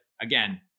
again